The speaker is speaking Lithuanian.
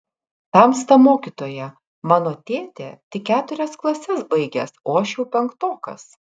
tamsta mokytoja mano tėtė tik keturias klases baigęs o aš jau penktokas